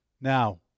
Now